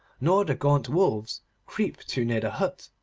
nor the gaunt wolves creep too near the hut.